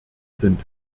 sind